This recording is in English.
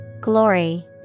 Glory